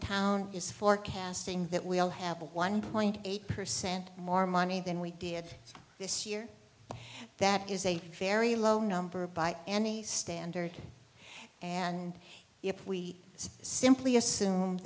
town is forecasting that we'll have one point eight percent more money than we did this year that is a very low number by any standard and if we simply assume